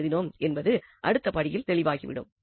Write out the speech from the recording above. என்று எழுதினோம் என்பது அடுத்த படியில் தெளிவாகிவிடும்